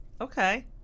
Okay